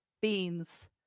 beans